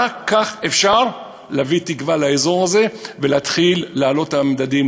רק כך אפשר להביא תקווה לאזור הזה ולהתחיל להעלות את המדדים,